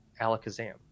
Alakazam